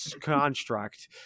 construct